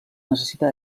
necessita